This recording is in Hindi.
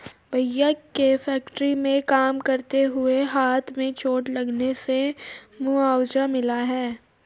भैया के फैक्ट्री में काम करते हुए हाथ में चोट लगने से मुआवजा मिला हैं